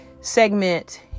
segment